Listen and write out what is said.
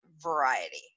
variety